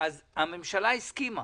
במקרה הזה הממשלה הסכימה